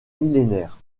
millénaire